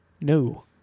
no